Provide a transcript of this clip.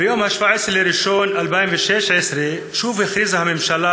ביום 17 בינואר 2016 שוב הכריזה הממשלה,